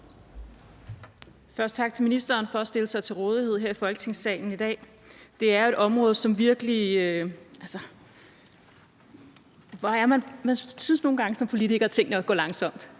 Først tak til ministeren for at stille sig til rådighed her i Folketingssalen i dag. Man synes nogle gange som politiker, at tingene går langsomt.